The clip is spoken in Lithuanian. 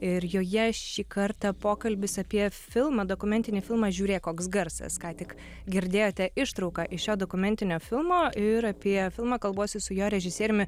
ir joje šį kartą pokalbis apie filmą dokumentinį filmą žiūrėk koks garsas ką tik girdėjote ištrauką iš šio dokumentinio filmo ir apie filmą kalbuosi su jo režisieriumi